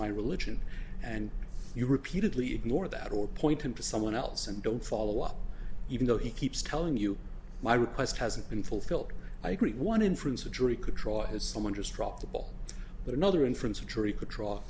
my religion and you repeatedly ignore that or point them to someone else and don't follow up even though he keeps telling you my request hasn't been fulfilled i agree one inference the jury could draw is someone just dropped the ball but another inference a jury could draw